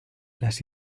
las